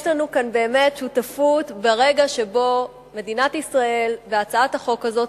יש לנו כאן באמת שותפות ברגע שבו מדינת ישראל בהצעת החוק הזאת